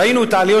ראינו את העליות,